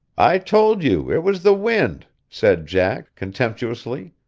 i told you it was the wind, said jack, contemptuously.